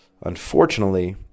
Unfortunately